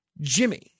Jimmy